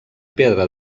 pedra